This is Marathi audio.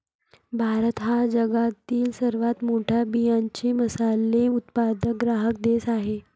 भारत हा जगातील सर्वात मोठा बियांचे मसाले उत्पादक ग्राहक देश आहे